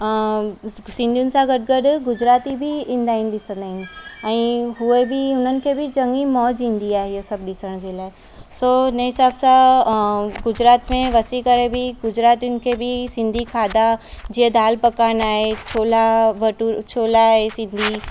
सिंधियुनि सां गॾु गॾु गुजराती बि ईंदा आहिनि ॾिसणु ऐं उहे बि हुननि खे बि चङी मौज ईंदी आहे इहो सभु ॾिसण जे लाइ सो हुन जे हिसाब सां गुजरात में वसी करे बि गुजरातियुनि खे बी सिंधी खाधा जीअं दालि पकवान आहे छोला भटुर छोला आए सिभरी